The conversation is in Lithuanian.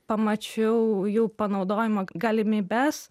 pamačiau jų panaudojimo galimybes